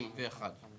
ב-1991.